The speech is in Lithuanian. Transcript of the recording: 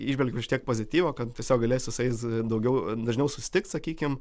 įžvelgiau šiek tiek pozityvo kad tiesiog galėsiu su jais daugiau dažniau susitikt sakykim